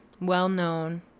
well-known